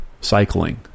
cycling